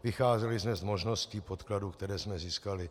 Vycházeli jsme z možností podkladů, které jsme získali.